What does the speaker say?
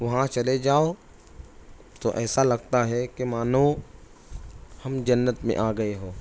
وہاں چلے جاؤ تو ایسا لگتا ہے کہ مانو ہم جنت میں آ گئے ہو